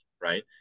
right